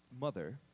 mother